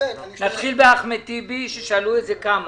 נתחיל באחמד טיבי, ששאלו כמה,